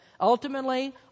Ultimately